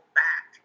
back